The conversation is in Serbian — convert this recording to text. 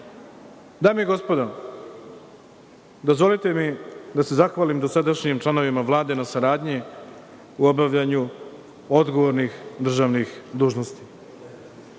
i gospodo, dozvolite mi da se zahvalim dosadašnjim članovima Vlade na saradnji u obavljanju odgovornih državnih dužnosti. Dozvolite